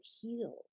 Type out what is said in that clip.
heal